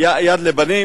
"יד לבנים".